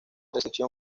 recepción